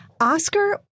Oscar